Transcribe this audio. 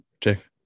Jake